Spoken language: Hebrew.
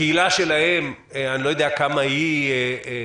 הקהילה שלהם, אני לא יודע כמה היא מנוטרת